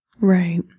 right